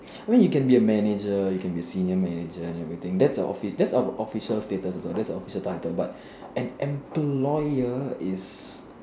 I mean you can be a manager you can be a senior manager and everything that's a official that's a official status also what that's a official title but an employer is